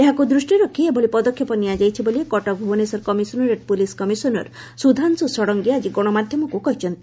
ଏହାକୁ ଦୃଷ୍ଷିରେ ରଖ ଏଭଳି ପଦକ୍ଷେପ ନିଆଯାଇଛି ବୋଲି Cuttack Bhubaneswar commissionerate police commissioner Sudhanshu Sarangi ଆକି ଗଣମାଧ୍ଘମକୁ କହିଛନ୍ତି